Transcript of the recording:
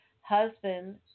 husband